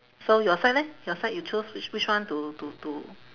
so your side leh your side you chose which which one to to to